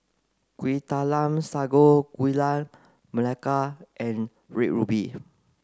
Kueh Talam Sago Gula Melaka and red ruby